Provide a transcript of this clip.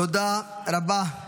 תודה רבה.